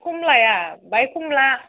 खम लाया बाहाय खम ला